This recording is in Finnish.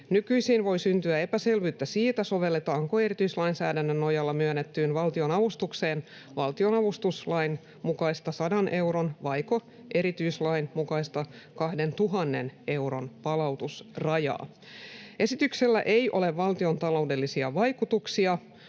Nykyisin voi syntyä epäselvyyttä siitä, sovelletaanko erityislainsäädännön nojalla myönnettyyn valtionavustukseen valtion-avustuslain mukaista 100 euron vaiko erityislain mukaista 2 000 euron palautusrajaa. Esityksellä ei ole valtiontaloudellisia vaikutuksia.